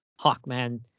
Hawkman